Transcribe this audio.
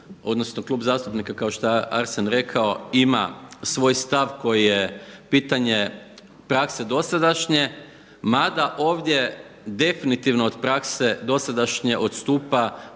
odnosno klub zastupnika kao što je Arsen rekao ima svoj stav koji je pitanje prakse dosadašnje, mada ovdje definitivno od prakse dosadašnje odstupa